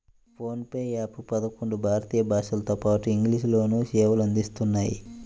phone pay app పదకొండు భారతీయ భాషలతోపాటు ఇంగ్లీష్ లోనూ సేవలు అందిస్తున్నాయి